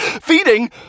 Feeding